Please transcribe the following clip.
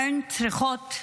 הן צריכות,